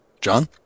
John